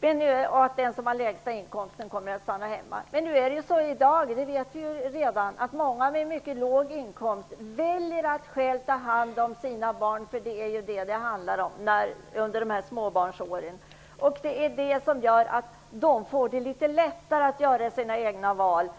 på är att stanna hemma, och att den som har lägst inkomst kommer att stanna hemma. Men vi vet i dag att många föräldrar med mycket låg inkomst väljer att själva ta hand om sina barn under åren då barnen är små. Det gör att de får det litet lättare att göra sina egna val.